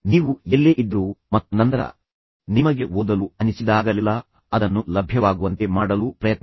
ನೀವು ಎಲ್ಲೇ ಇದ್ದರೂ ಮತ್ತು ನಂತರ ನಿಮಗೆ ಓದಲು ಅನಿಸಿದಾಗಲೆಲ್ಲಾ ಅದನ್ನು ಲಭ್ಯವಾಗುವಂತೆ ಮಾಡಲು ಪ್ರಯತ್ನಿಸಿರಿ